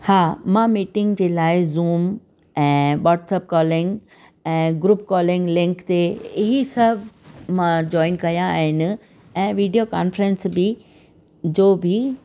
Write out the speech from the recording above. हा मां मिटिंग जे लाइ ज़ूम ऐं वॉट्सप कॉलिंग ऐं ग्रुप कॉलिंग लिंक ते ई सभु मां जॉइन कया आहिनि ऐं वीडियो कॉन्फ्रेंस बि जो बि